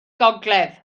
gogledd